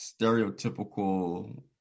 stereotypical